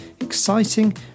exciting